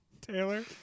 Taylor